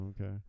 okay